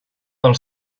pel